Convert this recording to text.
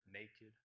naked